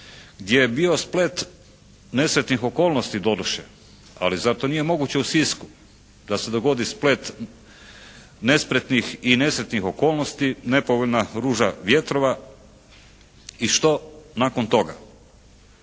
gdje je bio splet nesretnih okolnosti doduše. Ali zato nije moguće u Sisku da se dogodi splet nespretnih i nesretnih okolnosti, nepovoljna ruža vjetrova. I što nakon toga?